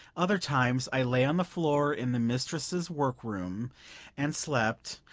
other times i lay on the floor in the mistress's work-room and slept,